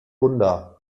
wunder